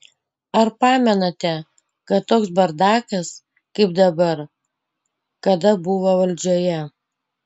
ar pamenate kad toks bardakas kaip dabar kada buvo valdžioje